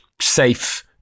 safe